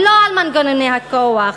ולא על מנגנוני הכוח.